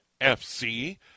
FC